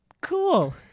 Cool